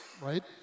right